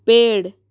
पेड़